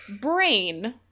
brain